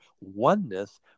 oneness